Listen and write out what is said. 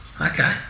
Okay